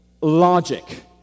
logic